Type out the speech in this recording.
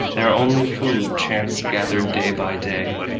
their only food chance gathered day by day,